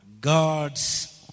God's